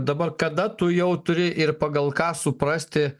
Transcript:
dabar kada tu jau turi ir pagal ką suprasti